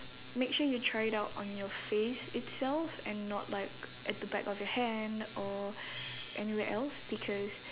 make sure you try it out on your face itself and not like at the back of your hand or anywhere else because